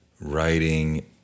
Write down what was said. writing